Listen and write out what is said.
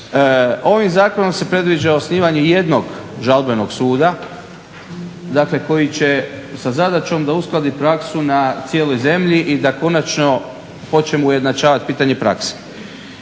Ovim zakonom se predviđa osnivanje i jednog žalbenog suda koji će sa zadaćom da uskladi praksu na cijeloj zemlji i da konačno počnemo ujednačavat pitanje prakse.